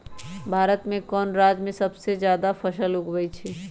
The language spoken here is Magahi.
भारत में कौन राज में सबसे जादा फसल उगई छई?